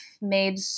made